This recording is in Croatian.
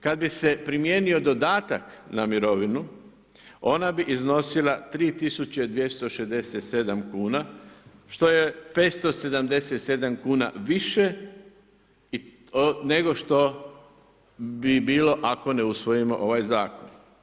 Kad bi se primijenio dodatak na mirovinu, ona bi iznosila 3267 kuna, što je 577 kuna više nego što bi bilo ako ne usvojimo ovaj zakon.